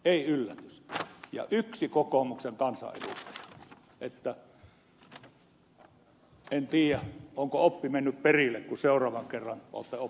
ei yllätys ja yksi kokoomuksen kansanedustaja niin että en tiedä onko oppi mennyt perille kun seuraavan kerran olette oppositiossa